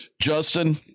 Justin